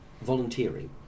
volunteering